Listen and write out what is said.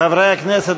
חברי הכנסת,